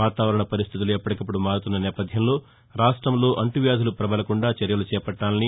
వాతాపరణ పరిస్థితులు ఎప్పటికప్పుడు మారుతున్న నేపథ్యంలో రాష్టంలో అంటువ్యాధులు ప్రబలకుండా చర్యలు చేపట్టాలని